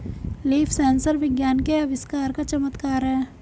leaf sensor विज्ञान के आविष्कार का चमत्कार है